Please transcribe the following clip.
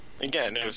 again